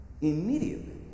Immediately